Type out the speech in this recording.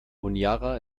honiara